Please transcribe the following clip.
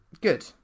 Good